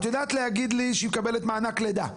את יודעת להגיד לי שהיא מקבלת מענק לידה,